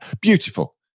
Beautiful